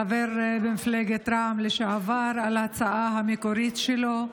חבר במפלגת רע"מ לשעבר, על ההצעה המקורית שלו,